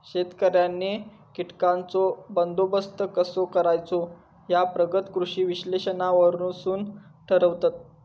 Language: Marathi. शेतकऱ्यांनी कीटकांचो बंदोबस्त कसो करायचो ह्या प्रगत कृषी विश्लेषणावरसून ठरवतत